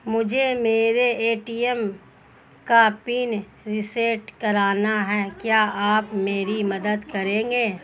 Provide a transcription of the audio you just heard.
मुझे मेरे ए.टी.एम का पिन रीसेट कराना है क्या आप मेरी मदद करेंगे?